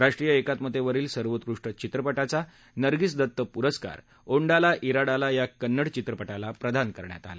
राष्ट्रीय एकात्मतेवरील सर्वोत्कृष्ट चित्रपटाचा नर्गिस दत प्रस्कार ओंडाला इराडाला या कन्नड चित्रपटाला प्रदान करण्यात आला